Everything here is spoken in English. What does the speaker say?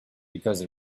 because